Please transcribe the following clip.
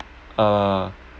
uh